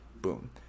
Boom